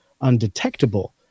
undetectable